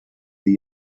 the